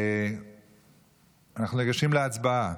אנחנו ניגשים להצבעה.